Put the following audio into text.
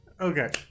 Okay